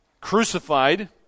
crucified